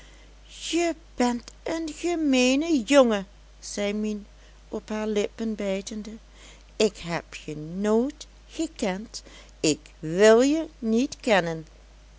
je bent een gemeene jongen zei mien op haar lippen bijtende ik heb je nooit gekend ik wil je niet kennen